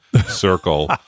circle